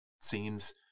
scenes